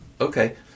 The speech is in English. okay